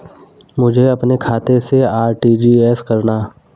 मुझे अपने खाते से आर.टी.जी.एस करना?